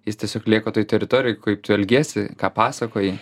jis tiesiog lieka toj teritorijoj kaip tu elgiesi ką pasakoji